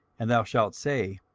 and thou shalt say,